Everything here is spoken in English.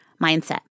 mindset